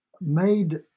made